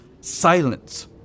silence